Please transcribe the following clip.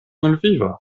malviva